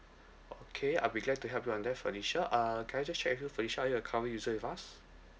okay I'll be glad to help you on that felicia uh can I just check with you felicia are you a current user with us